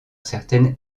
certaines